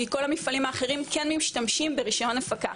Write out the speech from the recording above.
כי כל המפעלים האחרים כן משתמשים ברישיון הפקה,